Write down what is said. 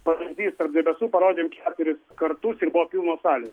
pavyzdys tarp debesų parodėm keturis kartus ir buvo pilnos salės